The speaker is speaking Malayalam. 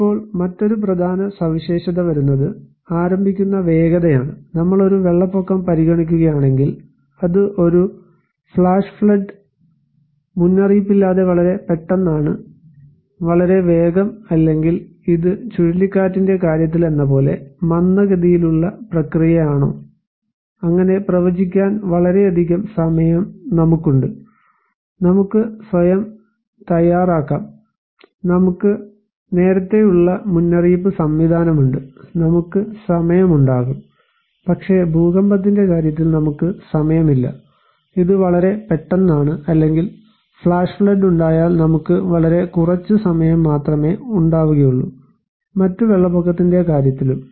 ഇപ്പോൾ മറ്റൊരു പ്രധാന സവിശേഷത വരുന്നത് ആരംഭിക്കുന്ന വേഗതയാണ് നമ്മൾ ഒരു വെള്ളപ്പൊക്കം പരിഗണിക്കുകയാണെങ്കിൽ അത് ഒരു ഫ്ലാഷ് ഫ്ലഡ് മുന്നറിയിപ്പില്ലാതെ വളരെ പെട്ടെന്നാണ് വളരെ വേഗം അല്ലെങ്കിൽ ഇത് ചുഴലിക്കാറ്റിന്റെ കാര്യത്തിലെന്നപോലെ മന്ദഗതിയിലുള്ള പ്രക്രിയയാണോ അങ്ങനെ പ്രവചിക്കാൻ വളരെയധികം സമയം നമുക്കുണ്ട് നമുക്ക് സ്വയം തയ്യാറാക്കാം നമുക്ക് നേരത്തെയുള്ള മുന്നറിയിപ്പ് സംവിധാനമുണ്ട് നമുക്ക് സമയമുണ്ടാകും പക്ഷേ ഭൂകമ്പത്തിന്റെ കാര്യത്തിൽ നമുക്ക് സമയമില്ല ഇത് വളരെ പെട്ടെന്നാണ് അല്ലെങ്കിൽ ഫ്ലാഷ് ഫ്ലഡ് ഉണ്ടായാൽ നമുക്ക് വളരെ കുറച്ചു സമയം മാത്രമേ ഉണ്ടാവുകയുള്ളു മറ്റു വെള്ളപൊക്കത്തിന്റെ കാര്യത്തിലും